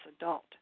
adult